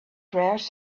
prayers